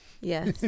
Yes